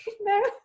No